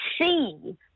see